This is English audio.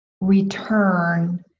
return